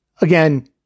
again